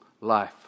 life